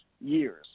years